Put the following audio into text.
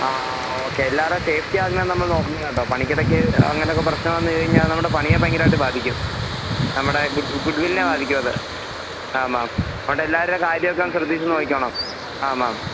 ആ ആ ഓക്കെ എല്ലാരുടെയും സേഫ്റ്റി ആദ്യമേ നമ്മൾ നോക്കണം കേട്ടോ പണിക്കിടയ്ക്ക് അങ്ങനെയൊക്കെ പ്രശ്നം വന്നു കഴിഞ്ഞാൽ നമ്മുടെ പണിയെ ഭയങ്കരമായിട്ട് ബാധിക്കും നമ്മുടെ ഗുഡ്വില്ലിനെ ബാധിക്കും അത് ആമാ അതുകൊണ്ട് എല്ലാവരുടെയും കാര്യം ഒക്കെ ഒന്ന് ശ്രദ്ധിച്ചു നോക്കിക്കോണം ആമാ